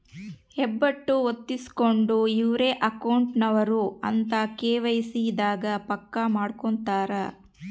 ಹೆಬ್ಬೆಟ್ಟು ಹೊತ್ತಿಸ್ಕೆಂಡು ಇವ್ರೆ ಅಕೌಂಟ್ ನವರು ಅಂತ ಕೆ.ವೈ.ಸಿ ದಾಗ ಪಕ್ಕ ಮಾಡ್ಕೊತರ